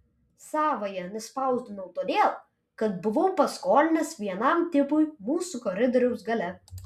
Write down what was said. savąja nespausdinau todėl kad buvau paskolinęs vienam tipui mūsų koridoriaus gale